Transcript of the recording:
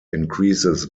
increases